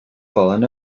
fallen